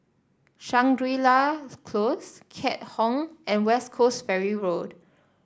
Shangri La Close Keat Hong and West Coast Ferry Road